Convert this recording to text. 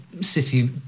City